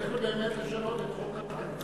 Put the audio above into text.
צריך באמת לשנות את חוק התקציב,